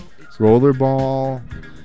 Rollerball